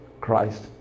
Christ